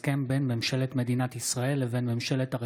הצעת חוק החברות הממשלתיות (תיקון,